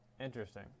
Interesting